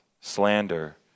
slander